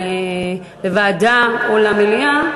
לוועדה או למליאה,